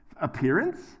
appearance